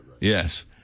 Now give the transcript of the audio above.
yes